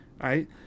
right